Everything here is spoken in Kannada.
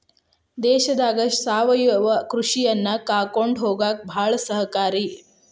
ದೇಶದಾಗ ಸಾವಯವ ಕೃಷಿಯನ್ನಾ ಕಾಕೊಂಡ ಹೊಗಾಕ ಬಾಳ ಸಹಕಾರಿ